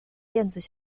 电子